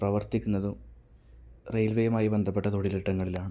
പ്രവർത്തിക്കുന്നതും റെയിൽവേയുമായി ബന്ധപ്പെട്ട തൊഴിലിടങ്ങളിലാണ്